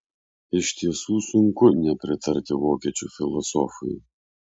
iš tiesų sunku nepritarti vokiečių filosofui